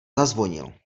zazvonil